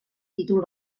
títol